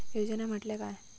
योजना म्हटल्या काय?